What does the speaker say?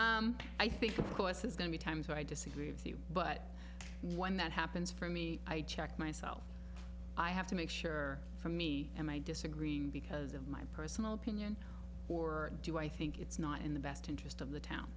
there's going to be times where i disagree with you but when that happens for me i check myself i have to make sure for me and i disagree because of my personal opinion or do i think it's not in the best interest of the town